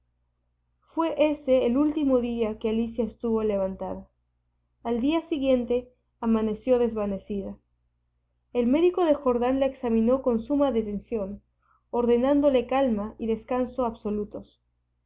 fué ese el último día que alicia estuvo levantada al día siguiente amaneció desvanecida el médico de jordán la examinó con suma detención ordenándole calma y descanso absolutos